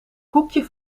koekje